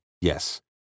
yes